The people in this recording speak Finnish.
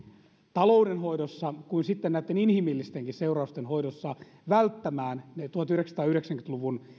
taloudenhoidossa kuin sitten näitten inhimillistenkin seurausten hoidossa välttämään ne tuhatyhdeksänsataayhdeksänkymmentä luvun